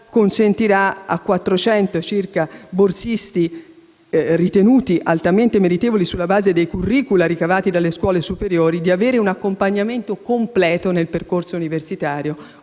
consentirà a circa 400 borsisti, ritenuti altamente meritevoli sulla base dei *curricula* ricavati dalle scuole superiori, di avere un accompagnamento completo nel percorso universitario,